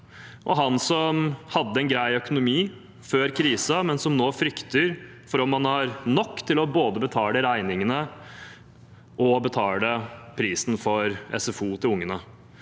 han som hadde en grei økonomi før krisen, men som nå frykter for om han har nok til både å betale regningene og å betale prisen for SFO til ungene.